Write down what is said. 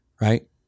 right